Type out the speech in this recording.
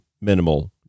minimal